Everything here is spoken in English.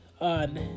on